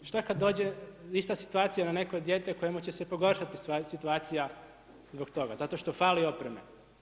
Šta kad dođe ista situacija na neko dijete kojemu će se pogoršati situaciju zbog toga, zato što fali oprema?